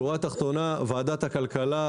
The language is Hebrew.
בשורה תחתונה, ועדת הכלכלה,